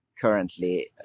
currently